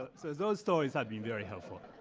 ah so those stories have been very helpful.